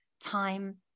time